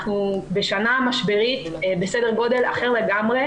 אנחנו בשנה משברית בסדר גודל אחר לגמרי.